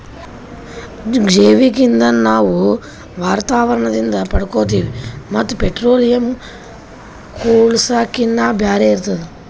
ಜೈವಿಕ್ ಇಂಧನ್ ನಾವ್ ವಾತಾವರಣದಿಂದ್ ಪಡ್ಕೋತೀವಿ ಮತ್ತ್ ಪೆಟ್ರೋಲಿಯಂ, ಕೂಳ್ಸಾಕಿನ್ನಾ ಬ್ಯಾರೆ ಇರ್ತದ